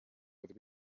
with